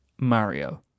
Mario